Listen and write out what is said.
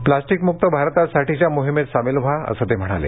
प्लास्टिकमुक्त भारतासाठीच्या मोहीमेत सामिल व्हा असं ते म्हणाले